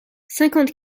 cinquante